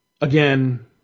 again